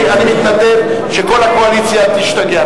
אני מתנדב שכל הקואליציה תשתגע.